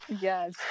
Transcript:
yes